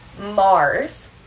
Mars